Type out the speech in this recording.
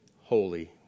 holy